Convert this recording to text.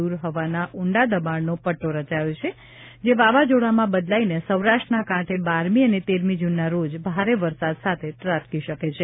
દૂર હવાના ઉંડા દબાણનો પટ્ટો રચાયો છે જે વાવાઝોડામાં બદલાઇને સૌરાષ્ટ્રના કાંઠે બારમી અને તેરમી જુનના રોજ ભારે વરસાદ સાથે ત્રાટકી શકે છે